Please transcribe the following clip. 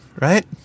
Right